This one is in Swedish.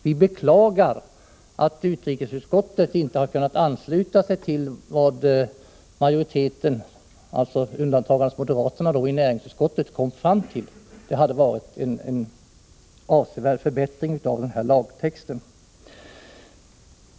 Vi beklagar att utrikesutskottet inte har kunnat ansluta sig till vad majoriteten i näringsutskottet — alltså alla undantagandes moderaterna — kom fram till. Det hade betytt en avsevärd förbättring av lagtexten.